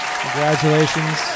Congratulations